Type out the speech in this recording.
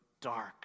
dark